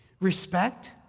Respect